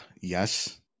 yes